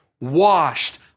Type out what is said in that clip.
washed